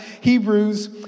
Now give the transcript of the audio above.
Hebrews